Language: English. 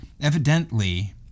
Evidently